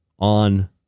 on